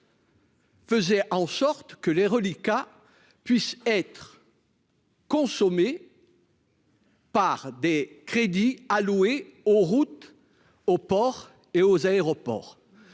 Faisait en sorte que les reliquats puisse être. Consommer. Par des crédits alloués aux routes, aux porcs et aux aéroports